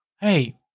hey